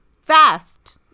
fast –